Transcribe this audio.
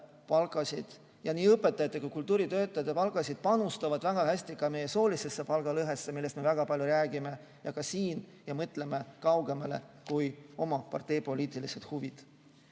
Nii õpetajate kui ka kultuuritöötajate palgad panustavad väga hästi soolisesse palgalõhesse, millest me väga palju räägime. Ka siin me peaksime mõtlema kaugemale kui oma parteipoliitilised huvid.